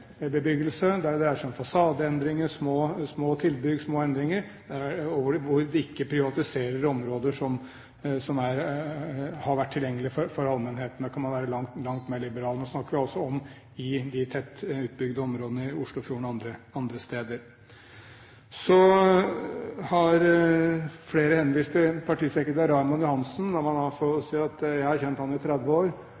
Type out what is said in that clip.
bebyggelse, der det dreier seg om fasadeendringer, små tilbygg, små endringer, der man ikke privatiserer områder som har vært tilgjengelige for allmennheten. Der kan man være langt mer liberal. Nå snakker vi altså om de tett utbygde områdene langs Oslofjorden og andre steder. Så har flere henvist til partisekretær Raymond Johansen. La meg da få si at jeg har